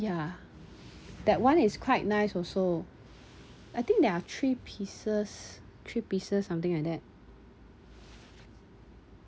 ya that one is quite nice also I think there are three pieces three pieces something like that